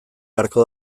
beharko